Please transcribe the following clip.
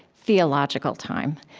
theological time.